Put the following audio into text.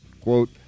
quote